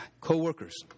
Co-workers